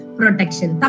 protection